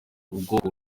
ubwoko